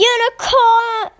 Unicorn